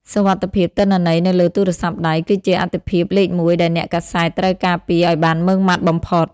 សុវត្ថិភាពទិន្នន័យនៅលើទូរស័ព្ទដៃ គឺជាអាទិភាពលេខមួយដែលអ្នកកាសែតត្រូវការពារឱ្យបានម៉ឺងម៉ាត់បំផុត។